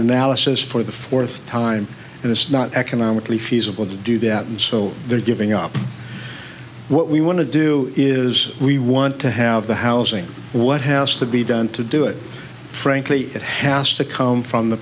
analysis for the fourth time and it's not economically feasible to do that and so they're giving up what we want to do is we want to have the housing what has to be done to do it frankly it has to come from the